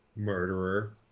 murderer